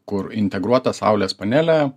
kur integruota saulės panelė